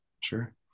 Sure